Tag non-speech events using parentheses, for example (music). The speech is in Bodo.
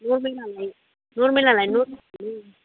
(unintelligible) नर्मेलालाय